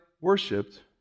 worshipped